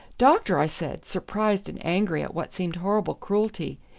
doctor, i said, surprised and angry at what seemed horrible cruelty.